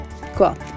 cool